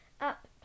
Up